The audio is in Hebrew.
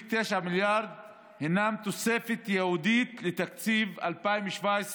מיליארד הם תוספת ייעודית לתקציב 2017,